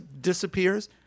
disappears